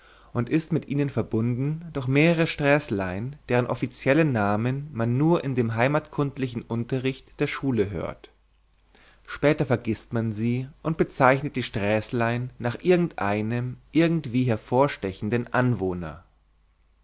und ist mit ihnen verbunden durch mehrere sträßlein deren offizielle namen man nur in dem heimatkundlichen unterricht der schule hört später vergißt man sie und bezeichnet die sträßlein nach irgendeinem irgendwie hervorstechenden anwohner